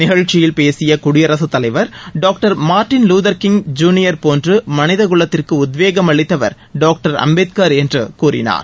நிகழ்ச்சியில் பேசிய குடியரசுத்தலைவர் doctor Martin Luther King junior போன்று மனித குலத்திற்கு உத்வேகம் அளித்தவர் டாக்டர் அம்பேத்கர் என்று அவர் கூறினார்